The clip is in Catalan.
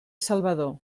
salvador